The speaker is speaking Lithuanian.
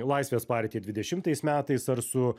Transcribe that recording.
laisvės partija dvidešimtais metais ar su